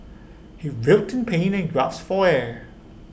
he real ten in pain and gasped for air